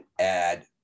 add